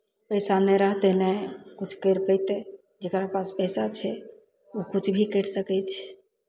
पैसा नहि रहतै नहि किछु करि पयतै जकरा पास पैसा छै ओ किछु भी करि सकै छै